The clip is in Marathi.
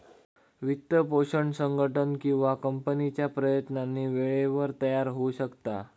वित्तपोषण संघटन किंवा कंपनीच्या प्रयत्नांनी वेळेवर तयार होऊ शकता